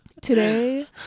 today